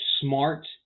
smart